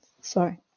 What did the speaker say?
Sorry